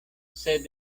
sed